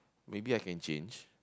maybe I can change